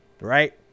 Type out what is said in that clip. right